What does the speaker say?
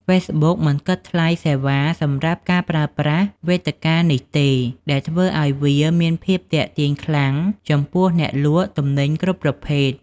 ហ្វេសប៊ុកមិនគិតថ្លៃសេវាសម្រាប់ការប្រើប្រាស់វេទិកានេះទេ ដែលធ្វើឱ្យវាមានភាពទាក់ទាញខ្លាំងចំពោះអ្នកលក់ទំនិញគ្រប់ប្រភេទ។